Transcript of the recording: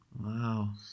Wow